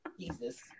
Jesus